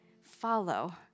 follow